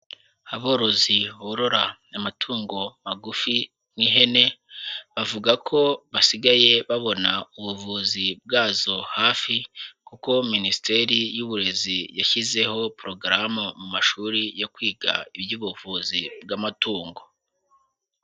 Aborozi borora amatungo magufi nK'ihene, bavuga ko basigaye babona ubuvuzi bwazo hafi kuko Minisiteri y'Uburezi yashyizeho porogaramu mu mashuri yo kwiga iby'ubuvuzi bw'amatungo.